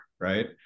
right